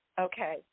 Okay